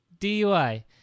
DUI